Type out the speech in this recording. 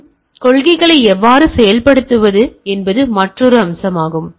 செக்யூரிட்டிக் கொள்கைகளை எவ்வாறு செயல்படுத்துவது என்பது மற்றொரு அம்சமாகும்